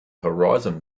horizon